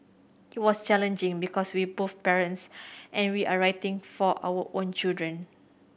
it was challenging because we are both parents and we are writing for our own children